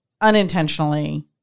unintentionally